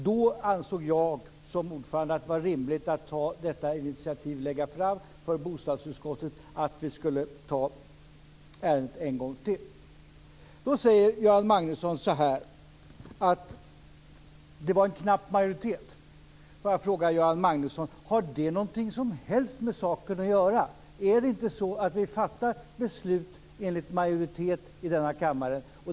Då ansåg jag som ordförande att det var rimligt att ta detta initiativ och lägga fram för bostadsutskottet att vi skulle ta upp ärendet en gång till. Göran Magnusson säger att det var en knapp majoritet. Får jag fråga Göran Magnusson: Har det något som helst med saken att göra? Är det inte så att vi fattar beslut med majoritet i denna kammare?